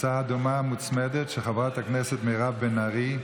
הצעה דומה מוצמדת של חבר הכנסת מירב בן ארי,